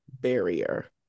barrier